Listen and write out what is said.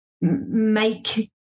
make